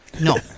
No